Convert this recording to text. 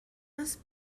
است